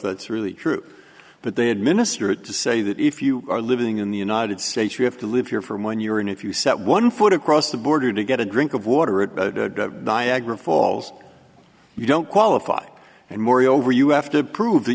that's really true but they administer it to say that if you are living in the united states you have to live here from when you're in if you set one foot across the border to get a drink of water at niagara falls you don't qualify and mori over you have to prove that